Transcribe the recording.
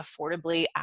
affordably